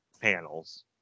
panels